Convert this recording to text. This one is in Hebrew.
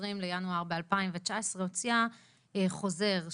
ב-20 לינואר 2019 הוציאה חוזר,